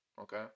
okay